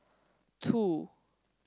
two